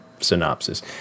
synopsis